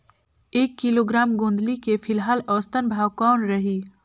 एक किलोग्राम गोंदली के फिलहाल औसतन भाव कौन रही?